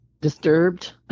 disturbed